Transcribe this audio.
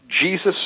Jesus